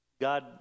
God